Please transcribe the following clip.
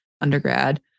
undergrad